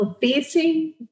facing